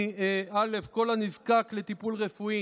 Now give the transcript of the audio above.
"(א) כל הנזקק לטיפול רפואי,